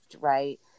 right